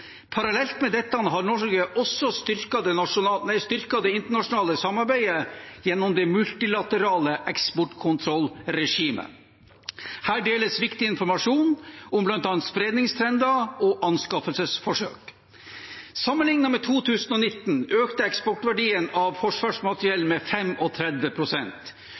Parallelt med dette har Norge også styrket det internasjonale samarbeidet gjennom det multilaterale eksportkontrollregimet. Her deles viktig informasjon om bl.a. spredningstrender og anskaffelsesforsøk. Sammenlignet med 2019 økte eksportverdien av forsvarsmateriell med